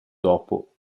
dopo